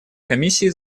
комиссии